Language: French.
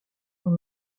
dans